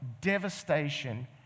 devastation